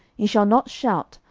ye shall not shout,